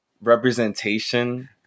representation